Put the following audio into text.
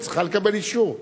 היא צריכה לקבל אישור.